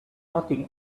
nothing